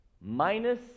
Minus